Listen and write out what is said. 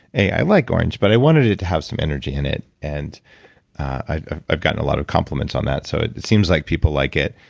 i like orange but i wanted it to have some energy in it and i've gotten a lot of compliments on that so it it seems like people like it.